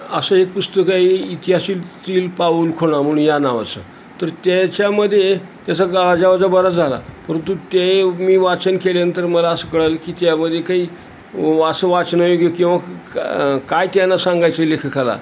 असं एक पुस्तकंय इतिहासातील पाऊलखुणा म्हणून या नाव असं तर त्याच्यामध्ये त्याचा गाजा वाजा बरां झाला परंतु ते मी वाचन केलेनंतर मला असं कळालं की त्यामध्ये काही वास वाचन्यायोग्य किंवा काय त्यानां सांगायचे लेखकाला